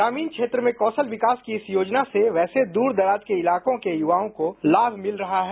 ग्रामीण क्षेत्र में कौशल विकास की इस योजना वैसे दूर दराज के इलाकों के युवाओं को लाम मिल रहा है